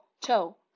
toe